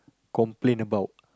complain about